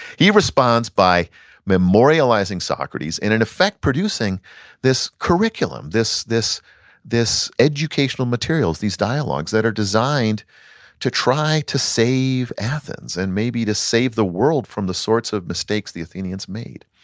he responds by memorializing socrates, and in effect producing this curriculum, this this educational materials, these dialogues that are designed to try to save athens, and maybe to save the world from the sorts of mistakes the athenians made